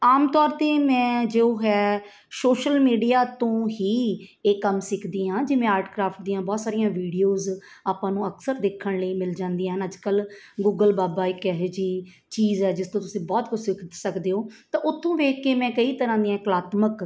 ਆਮ ਤੌਰ 'ਤੇ ਮੈਂ ਜੋ ਹੈ ਸੋਸ਼ਲ ਮੀਡੀਆ ਤੋਂ ਹੀ ਇਹ ਕੰਮ ਸਿੱਖਦੀ ਹਾਂ ਜਿਵੇਂ ਆਰਟ ਕਰਾਫਟ ਦੀਆਂ ਬਹੁਤ ਸਾਰੀਆਂ ਵੀਡੀਓਜ ਆਪਾਂ ਨੂੰ ਅਕਸਰ ਦੇਖਣ ਲਈ ਮਿਲ ਜਾਂਦੀਆਂ ਹਨ ਅੱਜ ਕੱਲ੍ਹ ਗੂਗਲ ਬਾਬਾ ਇੱਕ ਇਹੋ ਜਿਹੀ ਚੀਜ਼ ਹੈ ਜਿਸ ਤੋਂ ਤੁਸੀਂ ਬਹੁਤ ਕੁਛ ਸਿੱਖ ਸਕਦੇ ਹੋ ਤਾਂ ਉੱਥੋਂ ਵੇਖ ਕੇ ਮੈਂ ਕਈ ਤਰ੍ਹਾਂ ਦੀਆਂ ਕਲਾਤਮਕ